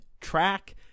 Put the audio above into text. track